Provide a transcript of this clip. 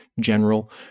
General